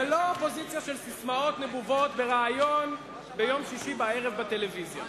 ולא אופוזיציה של ססמאות נבובות בריאיון ביום שישי בערב בטלוויזיה.